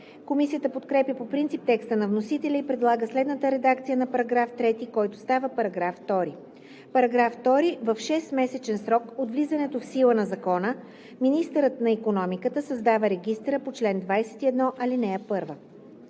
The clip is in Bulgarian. Комисията подкрепя по принцип текста на вносителя и предлага следната редакция на § 3, който става § 2: „§ 2. В 6-месечен срок от влизането в сила на Закона министърът на икономиката създава регистъра по чл. 21, ал. 1.“